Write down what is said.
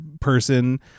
person